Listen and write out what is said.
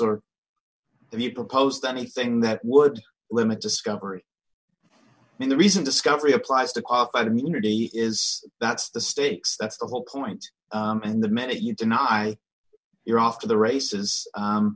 if you proposed anything that would limit discovery and the reason discovery applies to qualified immunity is that's the stakes that's the whole client and the minute you deny you're off to the races